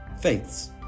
Faith's